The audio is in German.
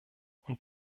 und